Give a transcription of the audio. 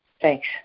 Thanks